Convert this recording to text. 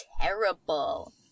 terrible